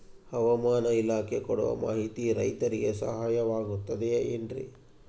ಹವಮಾನ ಇಲಾಖೆ ಕೊಡುವ ಮಾಹಿತಿ ರೈತರಿಗೆ ಸಹಾಯವಾಗುತ್ತದೆ ಏನ್ರಿ?